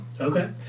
Okay